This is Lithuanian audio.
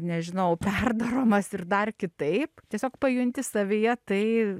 nežinau perdaromas ir dar kitaip tiesiog pajunti savyje tai